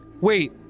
Wait